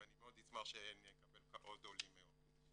ואני מאוד אשמח שנקבל עוד עולים מהודו.